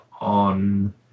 on